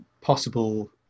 possible